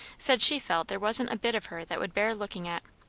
said she felt there wasn't a bit of her that would bear looking at.